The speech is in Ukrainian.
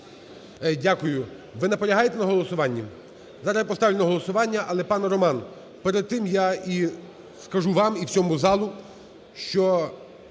Дякую. Ви наполягаєте на голосуванні? Зараз я поставлю на голосування. Але, пане Роман, перед тим я скажу вам і всьому залу, що